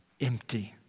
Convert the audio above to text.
empty